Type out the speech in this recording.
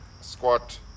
squat